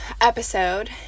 episode